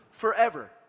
forever